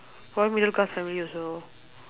probably middle class family also